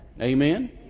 Amen